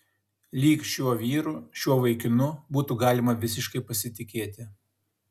lyg šiuo vyru šiuo vaikinu būtų galima visiškai pasitikėti